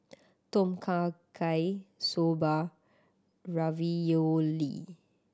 Tom Kha Gai Soba Ravioli